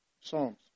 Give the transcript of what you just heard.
psalms